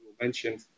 mentioned